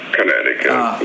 Connecticut